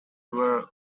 were